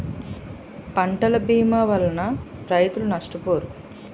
పంటల భీమా వలన రైతులు నష్టపోరు